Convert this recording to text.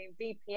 VPN